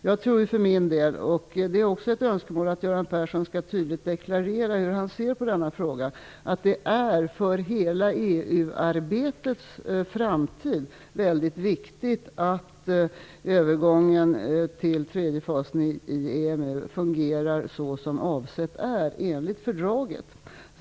Jag tror för min del - det är också ett önskemål att Göran Persson tydligt skall deklarera hur han ser på denna fråga - att det för hela EU-arbetets framtid är mycket viktigt att övergången till tredje fasen i EMU fungerar såsom avsett enligt fördraget.